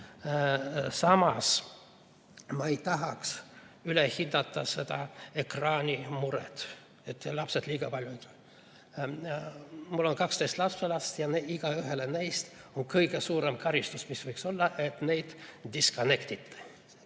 Samas ma ei tahaks üle hinnata seda ekraanimuret, et lapsed selle ees liiga palju on. Mul on 12 lapselast ja igaühele neist on kõige suurem karistus, mis võib olla, see, kui neiddisconnect'iti.